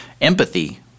empathy